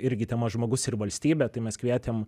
irgi tema žmogus ir valstybė tai mes kvietėm